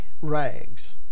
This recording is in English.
rags